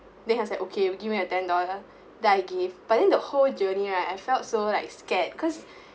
then he was like okay give me a the ten dollar then I give but then the whole journey right I felt so like scared because